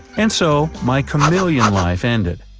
and so my chameleon life ended.